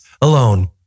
alone